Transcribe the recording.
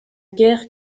guerre